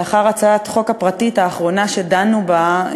לאחר הצעת החוק הפרטית האחרונה שדנו בה,